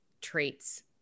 traits